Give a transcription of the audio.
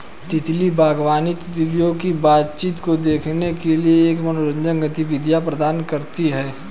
तितली बागवानी, तितलियों की बातचीत को देखने के लिए एक मनोरंजक गतिविधि प्रदान करती है